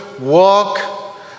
walk